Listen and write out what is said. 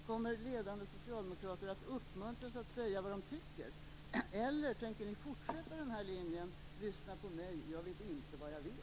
Kommer ledande socialdemokrater att uppmuntras att säga vad de tycker, eller tänker ni fortsätta linjen: Lyssna på mig, jag vet inte vad jag vill?